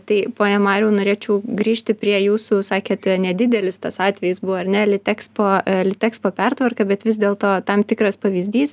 tai pone mariau norėčiau grįžti prie jūsų sakėte nedidelis tas atvejis buvo ar ne litekspo litekspo pertvarka bet vis dėlto tam tikras pavyzdys